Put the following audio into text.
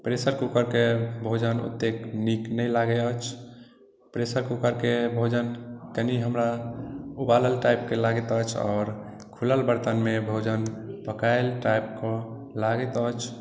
pressure कूकरके भोजन ओतेक नीक नहि लागैत अछि प्रेशर कूकरके भोजन कनी हमरा उबालल टाइपके लागैत अछि आओर खुलल बर्तनमे भोजन पकाएल टाइपके लागैत अछि